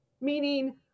meaning